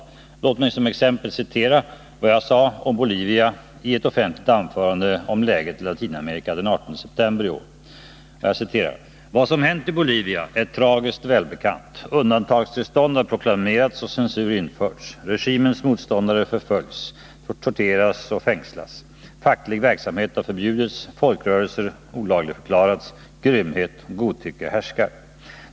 Låt mig som exempel citera vad jag sade om Bolivia i ett offentligt anförande om läget i Latinamerika den 18 september i år: ”Vad som hänt i Bolivia är tragiskt välbekant. Undantagstillstånd har proklamerats och censur införts. Regimens motståndare förföljs, torteras och fängslas. Facklig verksamhet har förbjudits, folkrörelser olagligförklarats. Grymhet och godtycke härskar.